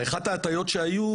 ואחת ההטעיות שהיו,